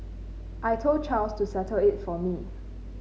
I told Charles to settle it for me